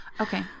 Okay